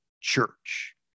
church